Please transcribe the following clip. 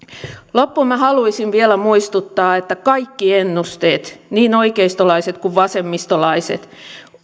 loppuun minä haluaisin vielä muistuttaa että kaikki ennusteet niin oikeistolaiset kuin vasemmistolaiset